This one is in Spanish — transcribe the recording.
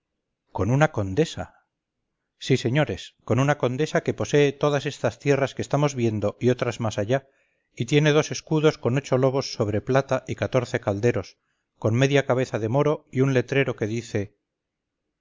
con una condesa sí señores con una condesa que posee todas estas tierras que estamos viendo y otras más allá y tiene dos escudos con ocho lobos sobre plata y catorce calderos con media cabeza de moro y un letrero que dice